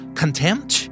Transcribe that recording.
contempt